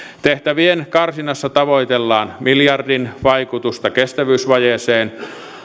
tehtävien karsinnassa tavoitellaan miljardin vaikutusta kestävyysvajeeseen